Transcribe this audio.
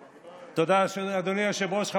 תודה, אדוני היושב-ראש.